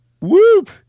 Whoop